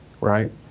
right